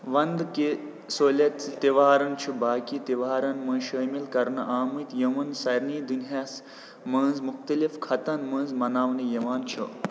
ونٛدٕکہِ solstice تہوارن چھِ باقٕے تہوارن منٛز شٲمِل کَرنہٕ آمٕتۍ یِمن سارِنٕے دُنیاہس منٛز مُختٔلِف خطن منٛز مَناونہٕ یِوان چھُ